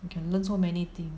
you can learn so many thing